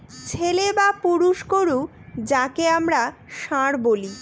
ছেলে বা পুরুষ গোরু যাকে আমরা ষাঁড় বলি